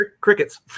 crickets